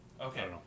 Okay